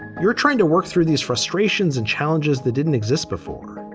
you're trying to work through these frustrations and challenges that didn't exist before.